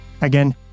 Again